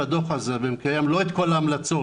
הדוח הזה והיה מקיים לא את כל ההמלצות,